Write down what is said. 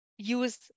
Use